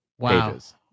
pages